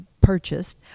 purchased